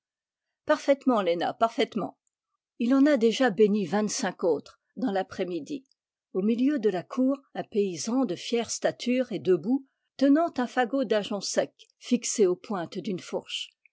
parfaitement léna parfaitement il en a déjà béni vingt-cinq autres dans l'après midi au milieu de la cour un paysan de fière stature est debout tenant un fagot d'ajonc sec fixé aux pointes d'une fourche